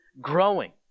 growing